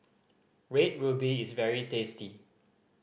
Red Ruby is very tasty